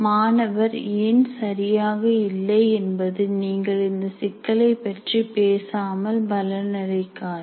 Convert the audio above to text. மாணவர் ஏன் சரியாக இல்லை என்பது நீங்கள் இந்த சிக்கலைப் பற்றி பேசாமல் பலனளிக்காது